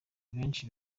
benshi